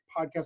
podcast